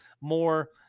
more